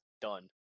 done